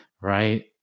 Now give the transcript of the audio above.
right